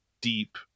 deep